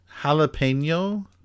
jalapeno